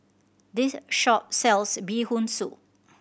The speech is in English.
this shop sells Bee Hoon Soup